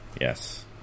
Yes